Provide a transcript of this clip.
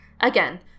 Again